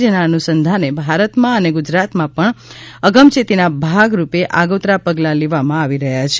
જેના અનુસંધાને ભારતમાં અને ગુજરાતમાં પણ અગમચેતીના ભાગરૂપે આગોતરા પગલા લેવામાં આવી રહ્યા છે